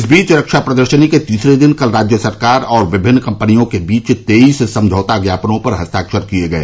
इस बीच रक्षा प्रदर्शनी के तीसरे दिन कल राज्य सरकार और विभिन्न कम्पनियों के बीच तेईस समझौता ज्ञापनों पर हस्ताक्षर किये गए